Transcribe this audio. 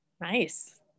Nice